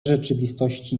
rzeczywistości